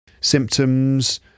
Symptoms